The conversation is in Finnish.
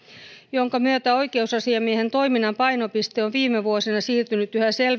jonka myötä oikeusasiamiehen toiminnan painopiste on viime vuosina siirtynyt yhä selvemmin